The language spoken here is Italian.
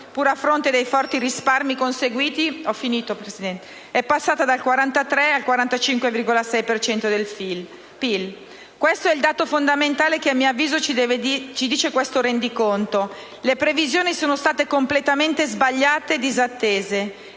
pur a fronte dei forti risparmi conseguiti, è passata dal 43 al 45,6 per cento del PIL. Questo è il dato fondamentale che, a mio avviso, ci viene da questo rendiconto: le previsioni sono state completamente sbagliate e disattese